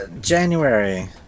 January